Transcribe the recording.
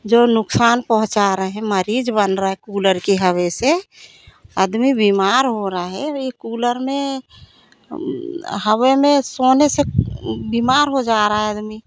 जो नुक़सान पहुँचा रहे हैं मरीज़ बन रहे हैं कूलर की हवा से आदमी बीमार हो रहा है ए कूलर में हवा में सोने से बीमार हो जा रहा है आदमी